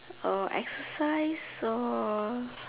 or exercise or